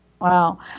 wow